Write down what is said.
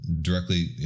directly